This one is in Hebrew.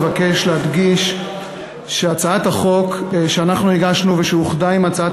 מבקש להדגיש שהצעת החוק שאנחנו הגשנו ושאוחדה עם הצעת